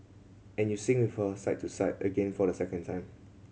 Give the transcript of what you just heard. and you sing with her side to side again for the second time